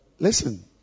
Listen